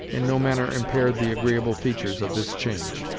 in no manner impaired the agreeable features of this change.